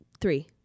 three